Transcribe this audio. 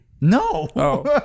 No